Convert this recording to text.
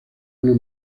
una